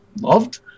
loved